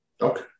Okay